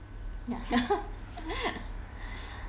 yeah